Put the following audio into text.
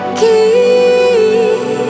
keep